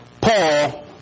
Paul